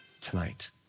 tonight